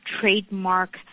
trademark